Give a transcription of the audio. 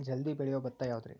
ಜಲ್ದಿ ಬೆಳಿಯೊ ಭತ್ತ ಯಾವುದ್ರೇ?